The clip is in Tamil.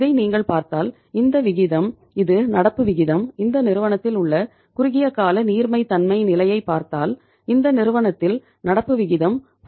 இதை நீங்கள் பார்த்தால் இந்த விகிதம் இது நடப்பு விகிதம் இந்த நிறுவனத்தில் உள்ள குறுகிய கால நீர்மைத்தமை நிலையை பார்த்தால் இந்த நிறுவனத்தில் நடப்பு விகிதம் 0